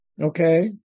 Okay